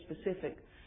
specific